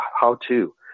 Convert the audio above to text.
how-to